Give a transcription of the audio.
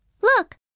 Look